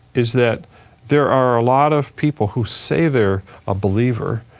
is that there are a lot of people who say they're a believer,